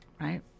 right